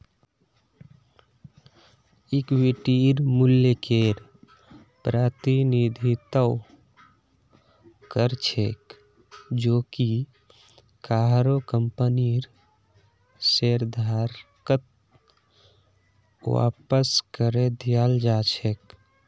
इक्विटीर मूल्यकेर प्रतिनिधित्व कर छेक जो कि काहरो कंपनीर शेयरधारकत वापस करे दियाल् जा छेक